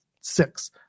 six